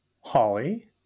Holly